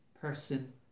person